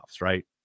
right